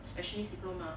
specialist diploma